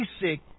basic